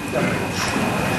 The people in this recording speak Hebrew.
אטיאס.